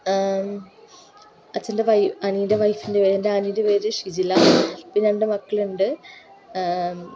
അച്ഛൻ്റെ വൈ അനിയൻ്റെ വൈഫിൻ്റെ ആൻറ്റിയുടെ പേര് ഷിജില പിന്നെ രണ്ട് മക്കളുണ്ട്